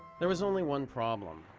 there was only one problem.